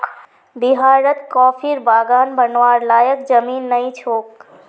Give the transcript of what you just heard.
बिहारत कॉफीर बागान बनव्वार लयैक जमीन नइ छोक